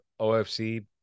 OFC